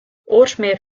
oorsmeer